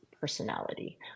personality